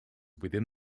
within